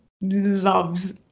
loves